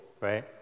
right